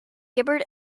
gibbered